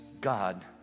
God